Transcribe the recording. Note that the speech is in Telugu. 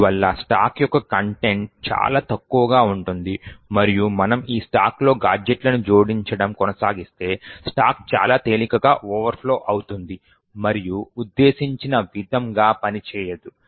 అందువల్ల స్టాక్ యొక్క కంటెంట్ చాలా తక్కువగా ఉంటుంది మరియు మనము ఈ స్టాక్లో గాడ్జెట్లను జోడించడం కొనసాగిస్తే స్టాక్ చాలా తేలికగా ఓవర్ ఫ్లో అవుతుంది మరియు ఉద్దేశించిన విధంగా పనిచేయదు